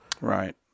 right